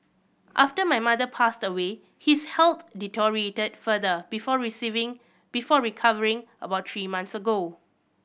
after my mother passed away his health deteriorated further before before recovering about three months ago